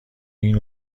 این